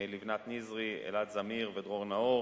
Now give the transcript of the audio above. לבנת נזרי, אלעד זמיר ודרור נאור.